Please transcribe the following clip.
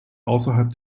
außerhalb